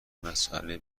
مسئله